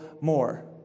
more